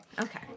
Okay